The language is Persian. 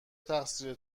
تقصیر